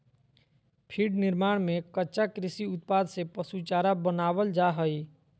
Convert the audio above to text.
feed निर्माण में कच्चा कृषि उत्पाद से पशु चारा बनावल जा हइ